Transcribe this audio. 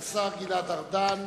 השר גלעד ארדן,